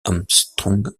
armstrong